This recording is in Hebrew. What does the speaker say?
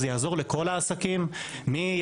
זה יעזור לכל העסקים מיצרנים,